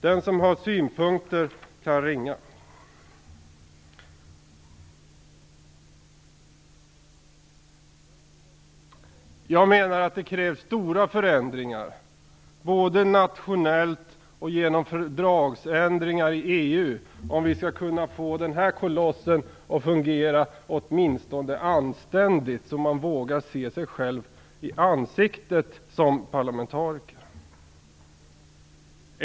Den som har synpunkter kan ringa. Jag menar att det krävs stora förändringar, både nationellt och genom fördragsändringar i EU, om vi skall kunna få den här kolossen att fungera åtminstone anständigt, så att man vågar se sig själv i ansiktet som parlamentariker.